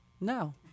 No